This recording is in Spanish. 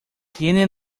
tiene